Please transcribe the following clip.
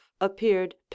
appeared